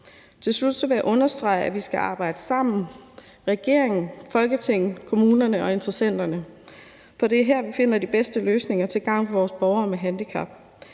Til slut vil jeg understrege, at vi skal arbejde sammen i regeringen, Folketinget, kommunerne og interessenterne, for det er her, vi finder de bedste løsninger til gavn for vores borgere med handicap.